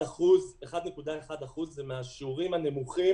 1.10% זה מהשיעורים הנמוכים